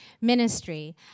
ministry